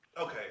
okay